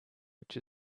which